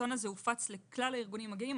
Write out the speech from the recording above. הסרטון הזה הופץ לכלל הארגונים הגאים.